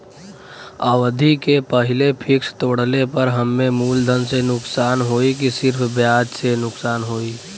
अवधि के पहिले फिक्स तोड़ले पर हम्मे मुलधन से नुकसान होयी की सिर्फ ब्याज से नुकसान होयी?